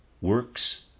works